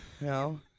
No